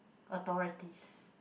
authorities